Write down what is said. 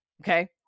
Okay